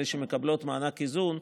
אלה שמקבלות מענק איזון,